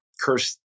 curse